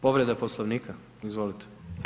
Povreda poslovnika, izvolite.